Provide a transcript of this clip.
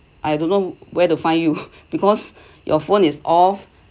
I don't know where to find you because your phone is off